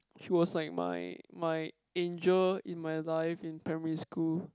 she was like my my angel in my life in primary school